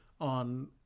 on